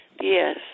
Yes